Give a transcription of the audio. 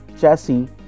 chassis